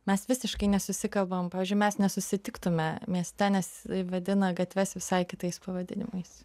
mes visiškai nesusikalbam pavyzdžiui mes nesusitiktume mieste nes vadina gatves visai kitais pavadinimais